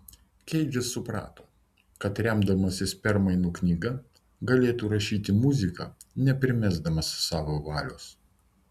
keidžas suprato kad remdamasis permainų knyga galėtų rašyti muziką neprimesdamas savo valios